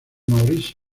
maurice